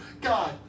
God